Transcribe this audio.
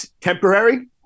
temporary